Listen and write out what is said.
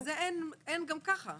אבל אין גם ככה.